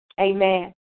Amen